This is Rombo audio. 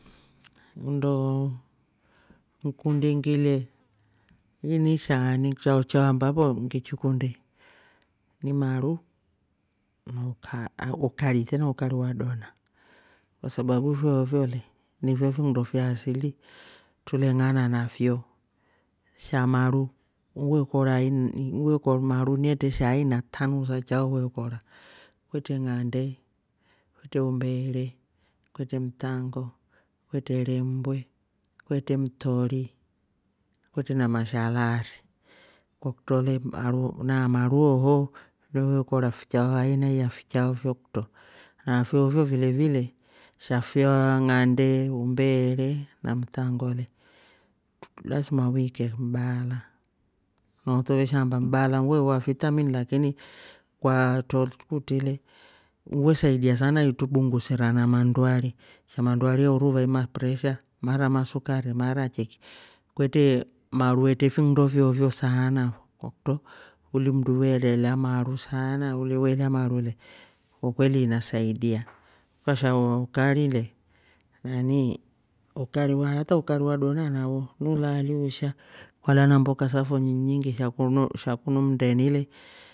Nndoo ngikundi ngilye inishaani chao cha ambapo ngichikundi ni maru na uka- a- a ukari tena ukari wa dona kwa sababu fyooo fo le ndifo finndo fya asili tuleng'ana nafyo sha maru uve kora ain- ain maru yetra sha aina tanu sa chau we kora kwetre ng'ande. kwetre umbeere, kwetre mtango, kwetre rembwe. kwetre mtori. kwetre na mashalaari, kwa kutro le naa maru oohoo neve kora fichao aina ya fichao fyo kutro nafyoo fyoo vile vile shafyaa ng'ande umbeere na mtango le lasma uuikye mbaala nooto veshaamba. mbaala we waa fitamini lakini kwa totru kutre le we saidia sana itrubungusira na mandwari, sha mandwaari uruu vai mapresha. mara masukari. mara chiki kwetre maru etre finndo fyoo fo saana fo kwakutro uli mnndu weelera maru saana. uli wela maru le kwakweli inasaidia. Kwasha wa ukari le nanii ukari waa hata ukari wa dona nawo ulaali usha kwala na mboka safo nyiinyingi sha kunu sha kunu mndeni le